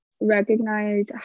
recognize